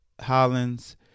Hollins